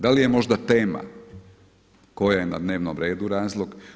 Da li je možda tema koja je na dnevnom redu razlog?